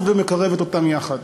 ומקרבת אותם יחד.